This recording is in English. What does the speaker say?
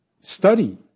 study